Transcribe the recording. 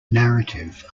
narrative